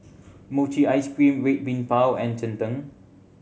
mochi ice cream Red Bean Bao and cheng tng